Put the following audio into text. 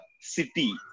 city